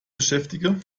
beschäftige